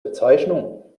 bezeichnung